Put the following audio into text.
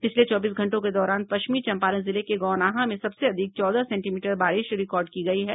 पिछले चौबीस घंटों के दौरान पश्चिमी चंपारण जिले के गौनाहा में सबसे अधिक चौदह सेंटीमीटर बारिश रिकॉर्ड की गयी है